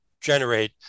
generate